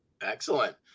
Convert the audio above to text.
Excellent